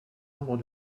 nombre